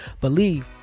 believe